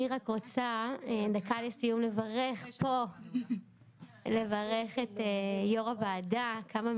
אני רק רוצה דקה לסיום לברך את יושבת-ראש הוועדה בכמה מילים.